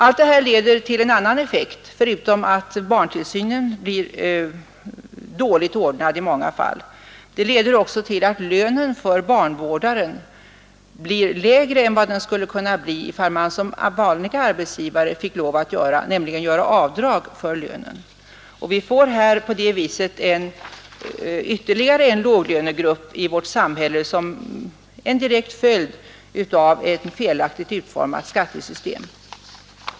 Allt det här leder till en annan effekt, förutom att barntillsynen blir dåligt ordnad i många fall, nämligen till att lönen för barnvårdaren blir lägre än vad den skulle kunna bli ifall man, som en vanlig arbetsgivare, fick göra avdrag för lönen. Vi får på det viset ytterligare en låglönegrupp i vårt samhälle som en direkt följd av ett felaktigt utformat skattesystem.